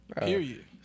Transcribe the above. Period